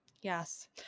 Yes